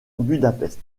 budapest